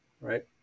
right